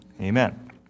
amen